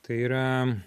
tai yra